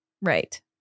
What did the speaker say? Right